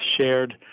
shared